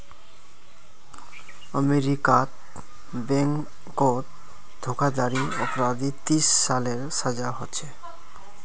अमेरीकात बैनकोत धोकाधाड़ी अपराधी तीस सालेर सजा होछे